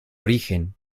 origen